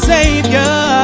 Savior